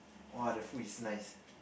!wah! the food is nice